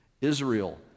Israel